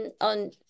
on